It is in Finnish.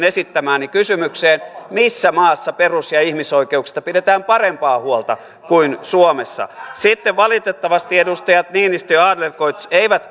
esittämääni kysymykseen missä maassa perus ja ihmisoikeuksista pidetään parempaa huolta kuin suomessa sitten valitettavasti edustajat niinistö ja adlercreutz eivät